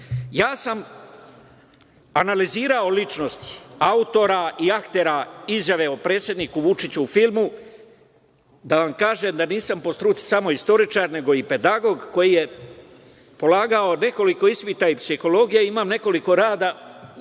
sam analizirao ličnosti, autora i aktera izjave o predsedniku Vučiću o filmu, i da vam kažem da nisam po struci samo istoričar, nego i pedagog, koji je polagao nekoliko ispita iz psihologije i imam nekoliko radova